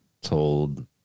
told